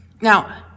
Now